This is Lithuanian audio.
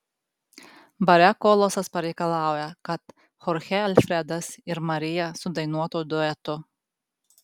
bare kolosas pareikalauja kad chorchė alfredas ir marija sudainuotų duetu